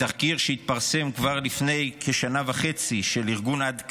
מתחקיר שהתפרסם כבר לפני כשנה וחצי של ארגון עד כאן,